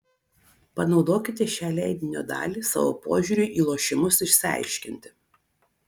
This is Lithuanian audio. panaudokite šią leidinio dalį savo požiūriui į lošimus išsiaiškinti